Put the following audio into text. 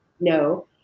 no